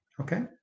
okay